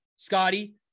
scotty